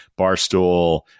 Barstool